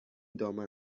دامن